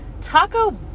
taco